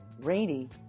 rainy